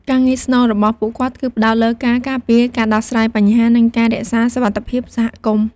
ការងារស្នូលរបស់ពួកគាត់គឺផ្តោតលើការការពារ ការដោះស្រាយបញ្ហា និងការរក្សាសុវត្ថិភាពសហគមន៍។